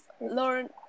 learn